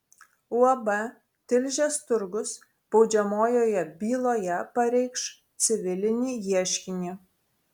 uab tilžės turgus baudžiamojoje byloje pareikš civilinį ieškinį